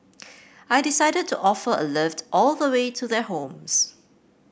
I decided to offer a lift all the way to their homes